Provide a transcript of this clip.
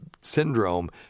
syndrome